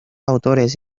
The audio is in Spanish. autores